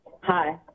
Hi